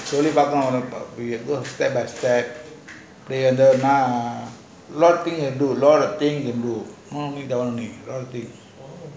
சொல்லி பாக்கணும்:solli paakanum run thing you do raw the thing you do